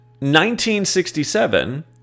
1967